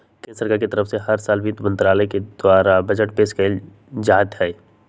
केन्द्र सरकार के तरफ से हर साल वित्त मन्त्रालय के द्वारा बजट पेश कइल जाईत हई